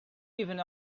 even